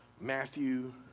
Matthew